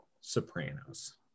Sopranos